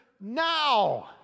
now